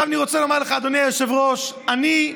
אני רוצה לומר לך, אדוני היושב-ראש, אני,